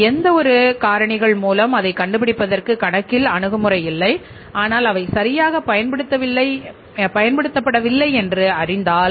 எந்தவொரு காரணிகள் மூலம் அதைக் கண்டுபிடிப்பதற்கு கணக்கில் அணுகுமுறை இல்லை ஆனால் அவை சரியாக பயன்படுத்தப்படவில்லை என்று அறிந்ததால்